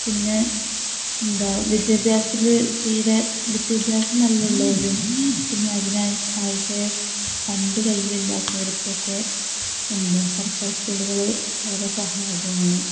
പിന്നെ എന്താണ് വിദ്യാഭ്യാസത്തിൽ തീരെ വിദ്യാഭ്യാസം നല്ല ഉള്ളവരും പിന്നെ അതിന് ആവശ്യം ആവശ്യമായ ഫണ്ട് കയ്യിലില്ലാത്തവർക്ക് ഒക്കെ എന്താണ് സർക്കാർ സ്കൂളുകൾ ഏറെ സഹായകമാണ്